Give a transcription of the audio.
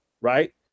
Right